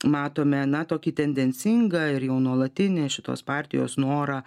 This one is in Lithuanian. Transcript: matome na tokį tendencingą ir jau nuolatinį šitos partijos norą